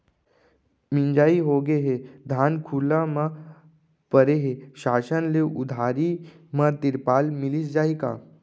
मिंजाई होगे हे, धान खुला म परे हे, शासन ले उधारी म तिरपाल मिलिस जाही का?